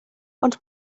ond